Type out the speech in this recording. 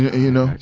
you know.